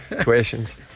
questions